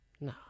No